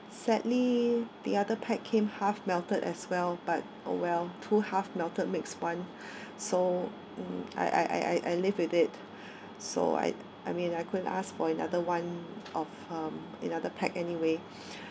sadly the other pack came half melted as well but oh well two half melted makes one so I I I I live with it so I I mean I couldn't ask for another one of uh another pack anyway